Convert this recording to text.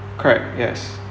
correct yes